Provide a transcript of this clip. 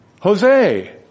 Jose